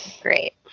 Great